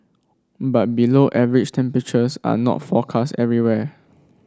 but below average temperatures are not forecast everywhere